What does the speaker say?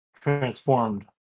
transformed